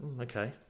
okay